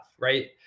right